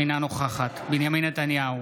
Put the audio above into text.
אינה נוכחת בנימין נתניהו,